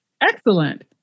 Excellent